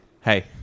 hey